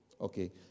Okay